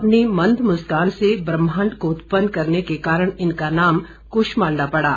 अपनी मंद मुस्कान से ब्रह्मांड को उत्पन्न करने के कारण इनका नाम कृष्मांडा पड़ा